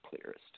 clearest